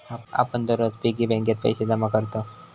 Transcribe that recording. आपण दररोज पिग्गी बँकेत पैसे जमा करतव